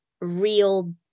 real